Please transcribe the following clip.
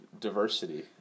diversity